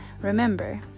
remember